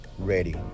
ready